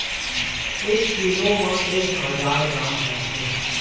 एक कीलो म एक हजार ग्राम होथे